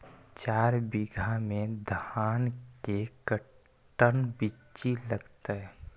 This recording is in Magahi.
चार बीघा में धन के कर्टन बिच्ची लगतै?